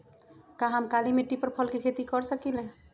का हम काली मिट्टी पर फल के खेती कर सकिले?